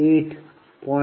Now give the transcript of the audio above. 857159